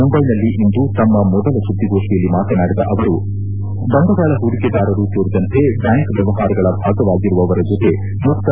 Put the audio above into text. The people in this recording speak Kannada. ಮುಂಬೈನಲ್ಲಿಂದು ತಮ್ನ ಮೊದಲ ಸುದ್ದಿಗೋಷ್ಟಿಯಲ್ಲಿ ಮಾತನಾಡಿದ ಅವರು ಬಂಡವಾಳ ಹೂಡಿಕೆದಾರರು ಸೇರಿದಂತೆ ಬ್ಡಾಂಕ್ ವ್ಚವಹಾರಗಳ ಭಾಗವಾಗಿರುವವರ ಜೊತೆ ಮುಕ್ತ